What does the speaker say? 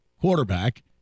quarterback